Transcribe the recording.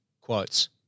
quotes